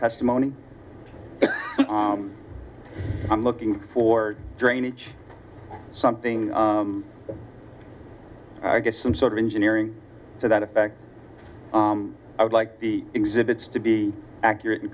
testimony i'm looking for drainage something i get some sort of engineering to that effect i would like the exhibits to be accurate and